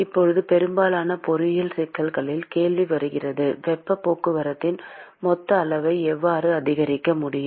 இப்போது பெரும்பாலான பொறியியல் சிக்கல்களில் கேள்வி வருகிறது வெப்பப் போக்குவரத்தின் மொத்த அளவை எவ்வாறு அதிகரிக்க முடியும்